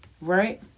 Right